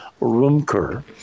Rumker